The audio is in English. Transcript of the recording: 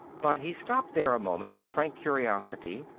but he stopped there a moment, in frank curiosity,